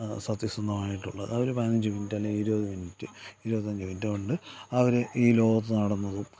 സത്യസന്ധമായിട്ടുള്ള അതൊരു പതിനഞ്ച് മിനിറ്റ് അല്ലെങ്കിൽ ഇരുപത് മിനിറ്റ് ഇരുപത്തഞ്ച് മിനുറ്റോ കൊണ്ട് അവർ ഈ ലോകത്ത് നടന്നതും